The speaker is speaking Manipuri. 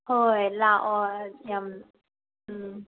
ꯍꯣꯏ ꯍꯣꯏ ꯂꯥꯛꯑꯣ ꯌꯥꯝ ꯎꯝ